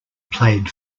played